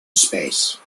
space